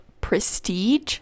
prestige